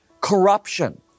corruption